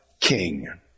king